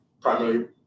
primarily